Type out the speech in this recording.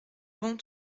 bon